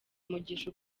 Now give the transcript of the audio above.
umugisha